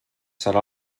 serà